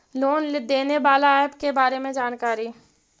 Loan देने बाला app के बारे मे जानकारी?